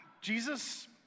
Jesus